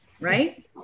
right